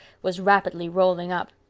was rapidly rolling up.